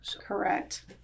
Correct